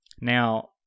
Now